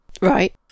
Right